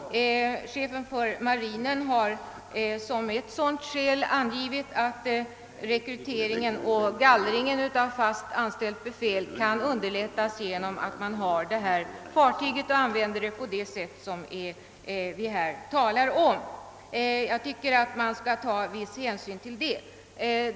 Chefen för marinen har som ett skäl för det angivit att rekryteringen och gallringen av fast anställt befäl kan underlättas genom att Älvsnabben används på det sätt som vi här talar om. Jag tycker man skall ta viss hänsyn till det.